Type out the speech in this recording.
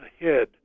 ahead